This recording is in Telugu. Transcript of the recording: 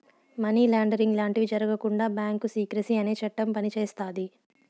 మనీ లాండరింగ్ లాంటివి జరగకుండా బ్యాంకు సీక్రెసీ అనే చట్టం పనిచేస్తాది